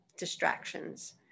distractions